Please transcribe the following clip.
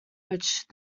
which